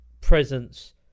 presence